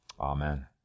Amen